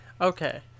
okay